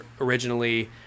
originally